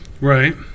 Right